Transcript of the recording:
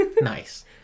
Nice